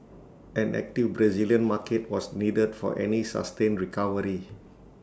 an active Brazilian market was needed for any sustained recovery